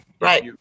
Right